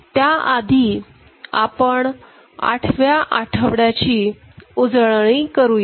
त्याआधी आपण आठव्या आठवड्याची उजळणी करूया